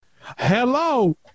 hello